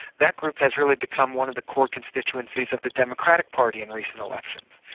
that group has really become one of the core constituencies of the democratic party in recent elections.